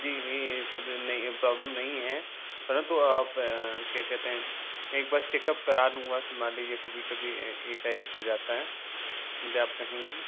जी जी सब नहीं है प्रौब्लेम नहीं है परंतु आप क्या कहते हैं एक बार चेकअप करा लूँगा मान लीजिए कभी कभी एकाएक हो जाता है कहीं भी